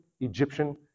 Egyptian